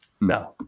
No